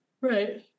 Right